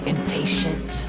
Impatient